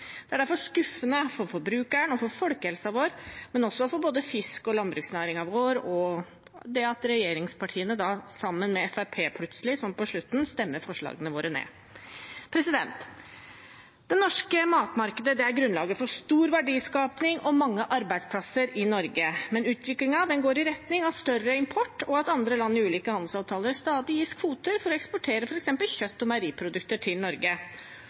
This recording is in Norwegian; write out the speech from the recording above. Det er derfor skuffende for forbrukerne og for folkehelsen vår, men også for både fiskeri- og landbruksnæringen vår, at regjeringspartiene – sammen med Fremskrittspartiet, plutselig, sånn på slutten – stemmer forslagene våre ned. Det norske matmarkedet er grunnlaget for stor verdiskaping og mange arbeidsplasser i Norge, men utviklingen går i retning av større import og at andre land i ulike handelsavtaler stadig gis kvoter for å eksportere f.eks. kjøtt- og meieriprodukter til Norge.